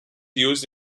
used